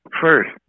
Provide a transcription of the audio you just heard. first